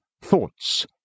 thoughts